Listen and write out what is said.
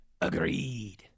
Agreed